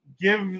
give